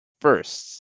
first